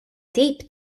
tip